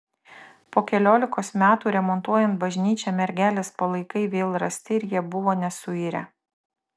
po keliolikos metų remontuojant bažnyčią mergelės palaikai vėl rasti ir jie buvo nesuirę